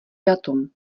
datum